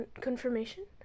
confirmation